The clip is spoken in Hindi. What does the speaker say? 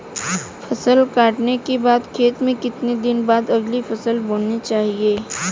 फसल काटने के बाद खेत में कितने दिन बाद अगली फसल बोनी चाहिये?